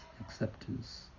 acceptance